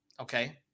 okay